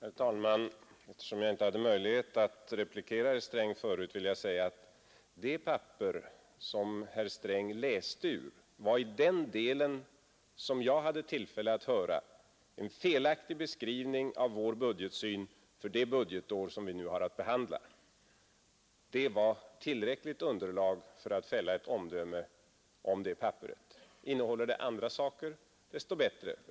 Herr talman! Eftersom jag inte hade möjlighet att replikera herr Sträng förut, vill jag säga att det papper som herr Sträng läste ur var, i den del som jag hade tillfälle att höra, en felaktig beskrivning av vår budgetsyn för det budgetår som vi nu har att behandla. Det var tillräckligt underlag för att fälla ett omdöme om det papperet. Innehåller det andra saker, desto bättre.